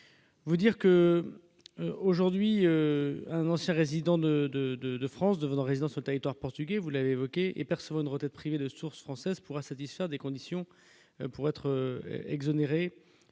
vous dire que, aujourd'hui, un ancien résident de, de, de, de France, devenant résident ce territoire portugais, vous l'avez évoqué et personne retraite privés de source française pourra satisfaire des conditions pour être exonéré